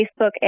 Facebook